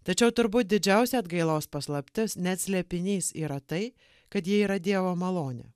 tačiau turbūt didžiausia atgailos paslaptis net slėpinys yra tai kad jie yra dievo malonė